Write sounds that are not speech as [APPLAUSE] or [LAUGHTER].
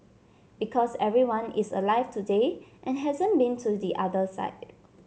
because everyone is alive today and hasn't been to the other side [NOISE]